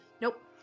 Nope